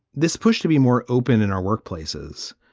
this push to be more open in our workplaces.